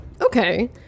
Okay